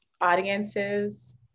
audiences